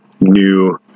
New